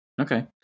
Okay